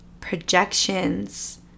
projections